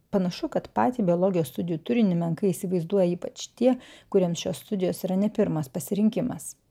panašu kad patį biologijos studijų turinį menkai įsivaizduoja ypač tie kuriem šios studijos yra ne pirmas pasirinkimas